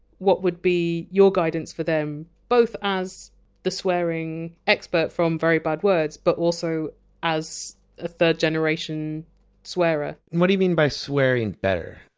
what would be your guidance for them, both as the swearing expert from very bad words but also as a third generation swearer? and what do you mean by! swearing better?